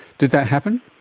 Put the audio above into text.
did that happen?